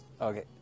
Okay